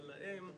אבל להם,